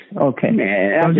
okay